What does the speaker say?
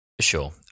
Sure